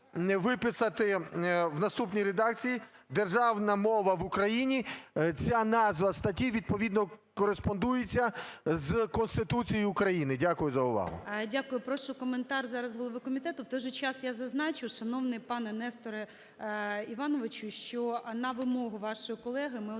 виписати в наступній редакції: "Державна мова в Україні". Ця назва статті відповідно кореспондується з Конституцією України. Дякую за увагу.